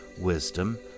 wisdom